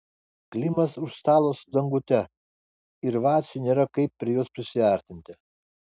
klimas už stalo su dangute ir vaciui nėra kaip prie jos prisiartinti